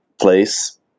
place